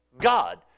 God